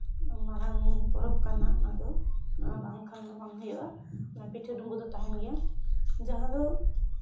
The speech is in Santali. ᱢᱟᱨᱟᱝ ᱯᱚᱨᱚᱵᱽ ᱠᱟᱱᱟ ᱚᱱᱟᱫᱚ ᱟᱝᱠᱷᱟᱱ ᱫᱚ ᱵᱟᱝ ᱦᱩᱭᱩᱜᱼᱟ ᱯᱤᱴᱷᱟᱹ ᱰᱩᱢᱵᱩᱜ ᱫᱚ ᱛᱟᱦᱮᱱ ᱜᱮᱭᱟ ᱡᱟᱦᱟᱸ ᱫᱚ